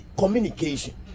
communication